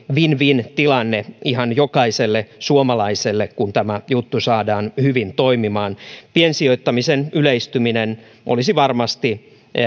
win win tilanne ihan jokaiselle suomalaiselle kun tämä juttu saadaan hyvin toimimaan piensijoittamisen yleistyminen olisi varmasti